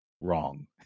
wrong